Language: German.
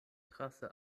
trasse